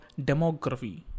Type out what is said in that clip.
demography